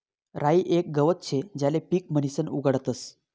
राई येक गवत शे ज्याले पीक म्हणीसन उगाडतस